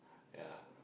ya